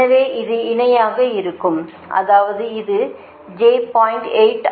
எனவே இது இணையாக இருக்கும் அதாவது இது j 0